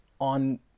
on